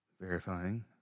Verifying